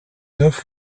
neuf